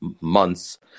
months